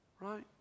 Right